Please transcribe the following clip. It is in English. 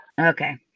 Okay